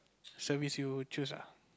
service you would choose ah